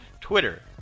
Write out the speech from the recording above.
Twitter